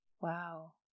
wow